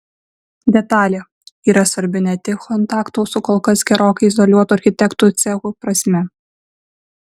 detalė yra svarbi ne tik kontaktų su kol kas gerokai izoliuotu architektų cechu prasme